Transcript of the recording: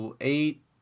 eight